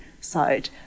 side